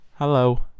Hello